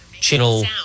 channel